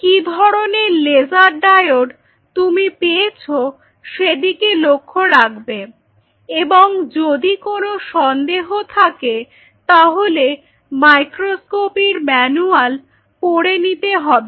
কি ধরনের laser diode তুমি পেয়েছো সেদিকে লক্ষ্য রাখবে এবং যদি কোন সন্দেহ থাকে তাহলে মাইক্রোস্কোপির ম্যানুয়াল পড়ে নিতে হবে